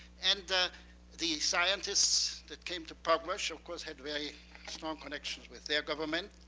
and the the scientists that came to pugwash, of course, had very strong connections with their government,